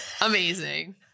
amazing